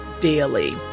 daily